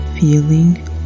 feeling